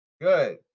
Good